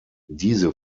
diese